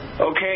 Okay